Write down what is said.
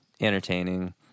entertaining